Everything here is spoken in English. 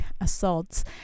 assaults